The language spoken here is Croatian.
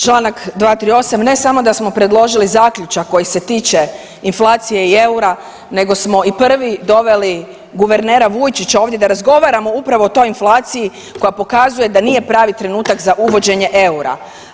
Članak 238., ne samo da smo predložili zaključak koji se tiče inflacije i eura nego smo i prvi doveli guvernera Vujčića ovdje da razgovaramo upravo o toj inflaciji koja pokazuje da nije pravi trenutak za uvođenje eura.